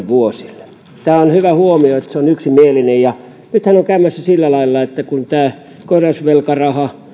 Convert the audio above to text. vuosille tämä on hyvä huomio että se on yksimielinen nythän on käymässä sillä lailla että tämä korjausvelkaraha